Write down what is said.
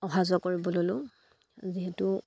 অহা যোৱা কৰিব ল'লোঁ যিহেতু